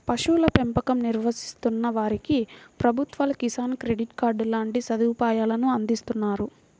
పశువుల పెంపకం నిర్వహిస్తున్న వారికి ప్రభుత్వాలు కిసాన్ క్రెడిట్ కార్డు లాంటి సదుపాయాలను అందిస్తున్నారు